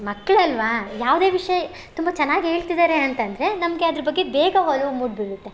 ಮಕ್ಳು ಅಲ್ಲವಾ ಯಾವುದೆ ವಿಷಯ ತುಂಬ ಚೆನ್ನಾಗಿ ಹೇಳ್ತಿದಾರೆ ಅಂತಂದರೆ ನಮಗೆ ಅದ್ರ ಬಗ್ಗೆ ಬೇಗ ಒಲವು ಮೂಡಿಬಿಡುತ್ತೆ